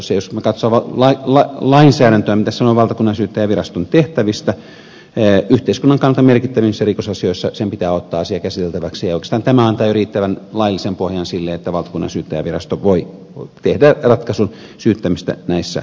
jos katsoo lainsäädäntöä mitä se sanoo valtakunnansyyttäjänviraston tehtävistä yhteiskunnan kannalta merkittävimmissä rikosasioissa sen pitää ottaa asia käsiteltäväkseen ja oikeastaan tämä antaa jo riittävän laillisen pohjan sille että valtakunnansyyttäjänvirasto voi tehdä ratkaisun syyttämisestä näissä asioissa